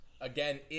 Again